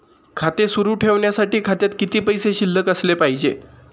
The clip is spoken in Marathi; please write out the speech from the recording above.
खाते सुरु ठेवण्यासाठी खात्यात किती पैसे शिल्लक असले पाहिजे?